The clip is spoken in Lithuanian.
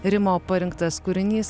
rimo parinktas kūrinys